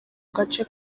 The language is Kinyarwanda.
gace